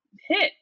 hit